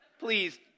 please